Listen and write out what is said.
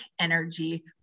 energy